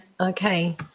Okay